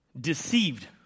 Deceived